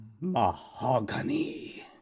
Mahogany